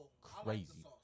Crazy